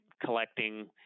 collecting